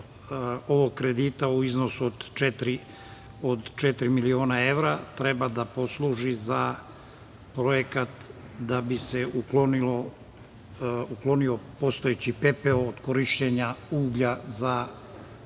deo kredita u iznosu od četiri miliona evra treba da posluži da projekat da bi se uklonio postojeći pepeo korišćenja uglja za